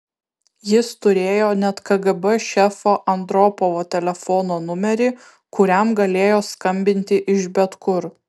jis turėjo net kgb šefo andropovo telefono numerį kuriam galėjo skambinti iš bet kur